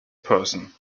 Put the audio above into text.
person